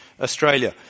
Australia